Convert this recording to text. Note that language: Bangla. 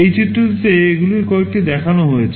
এই চিত্রটিতে এগুলির কয়েকটি দেখানো হয়েছে